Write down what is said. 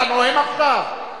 אתה נואם עכשיו?